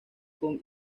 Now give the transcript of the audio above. con